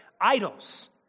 idols